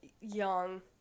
young